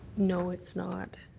no, it's not.